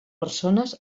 persones